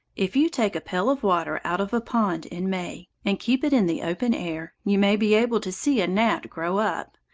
if you take a pail of water out of a pond in may, and keep it in the open air, you may be able to see a gnat grow up,